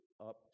up